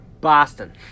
Boston